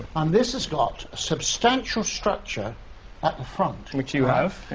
um this has got a substantial structure at the front. which you have.